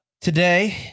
today